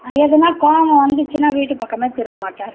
எதுனா கோபம் வந்துச்சுனா வீட்டுப்பக்கமே திரும்ப மாட்டார்